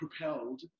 propelled